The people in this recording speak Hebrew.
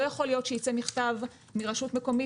לא יכול להיות שייצא מכתב מרשות מקומית